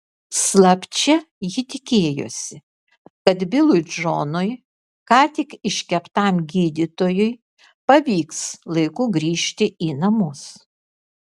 slapčia ji tikėjosi kad bilui džonui ką tik iškeptam gydytojui pavyks laiku grįžti į namus